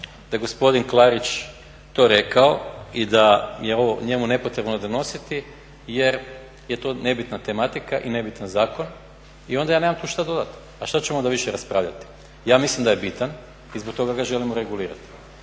da je gospodin Klarić to rekao i da je ovo njemu nepotrebno donositi jer je to nebitna tematika i nebitan zakon i onda ja nemam tu šta dodati. Pa šta ćemo onda više raspravljati? Ja mislim da je bitan i zbog toga ga želimo regulirati